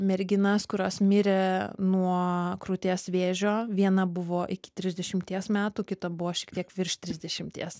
merginas kurios mirė nuo krūties vėžio viena buvo iki trisdešimties metų kita buvo šiek tiek virš trisdešimties